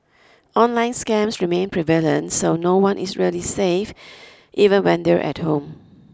online scams remain prevalent so no one is really safe even when they're at home